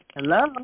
Hello